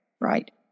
Right